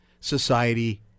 society